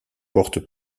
portes